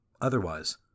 Otherwise